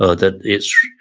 ah that it's,